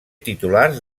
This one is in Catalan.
titulars